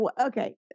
okay